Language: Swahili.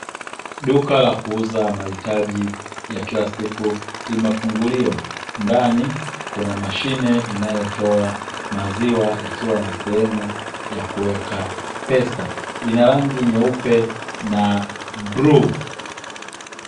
Duka la kuuza mahitaji ya kila siku limefunguliwa ndani kuna mashine inayotoa maziwa na sehemu ya kuweka pesa inarangi nyeupe na bluu.